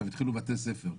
התחילו בתי ספר במגזר.